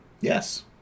Yes